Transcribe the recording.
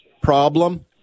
problem